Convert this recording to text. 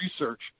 research